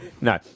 no